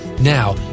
Now